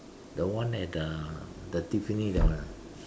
the one at uh the Tiffany that one ah